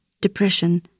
depression